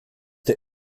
der